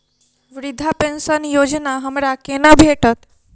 वृद्धा पेंशन योजना हमरा केना भेटत?